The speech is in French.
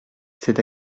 c’est